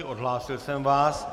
Odhlásil jsem vás.